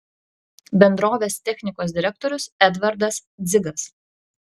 bendrovės technikos direktorius edvardas dzigas